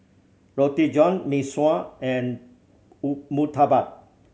Roti John Mee Sua and murtabak